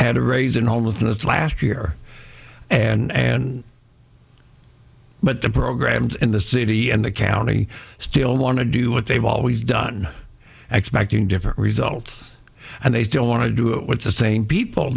had a raise in homelessness last year and but the programs in the city and the county still want to do what they've always done expecting different results and they don't want to do it with the same people